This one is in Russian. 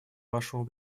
вашему